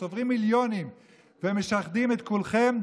שצוברים מיליונים ומשחדים את כולכם,